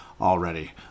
already